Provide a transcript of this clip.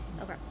Okay